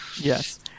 Yes